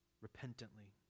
repentantly